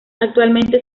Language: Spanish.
actualmente